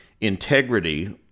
integrity